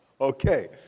Okay